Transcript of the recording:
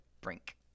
Brink